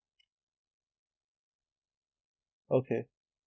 okay